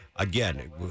Again